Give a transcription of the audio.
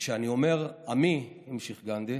וכשאני אומר עמי," המשיך גנדי,